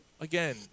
Again